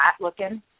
looking